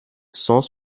cent